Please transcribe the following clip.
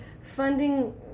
funding